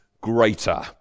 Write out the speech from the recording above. greater